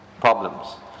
problems